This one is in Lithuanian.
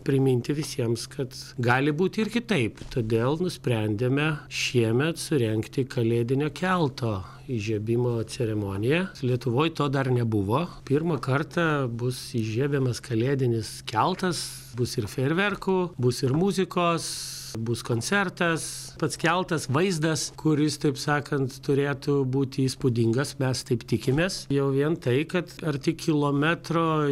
priminti visiems kad gali būti ir kitaip todėl nusprendėme šiemet surengti kalėdinio kelto įžiebimo ceremoniją lietuvoj to dar nebuvo pirmą kartą bus įžiebiamas kalėdinis keltas bus ir fejerverkų bus ir muzikos bus koncertas pats keltas vaizdas kuris taip sakant turėtų būti įspūdingas mes taip tikimės jau vien tai kad arti kilometro